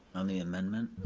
on the amendment?